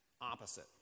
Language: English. opposite